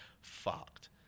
fucked